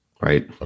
right